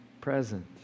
present